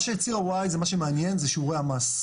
מה שעל ציר ה-Y הוא מה שמעניין, שיעורי המס.